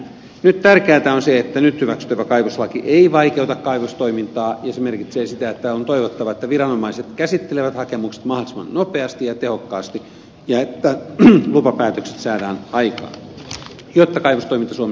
nyt tärkeätä on se että nyt hyväksyttävä kaivoslaki ei vaikeuta kaivostoimintaa ja se merkitsee sitä että on toivottavaa että viranomaiset käsittelevät hakemukset mahdollisimman nopeasti ja tehokkaasti ja että lupapäätökset saadaan aikaan jotta kaivostoiminta suomessa voi jatkua ja kehittyä